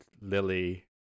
Lily